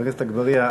חבר הכנסת אגבאריה,